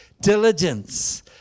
diligence